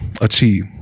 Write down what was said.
achieve